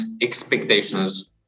expectations